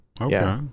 Okay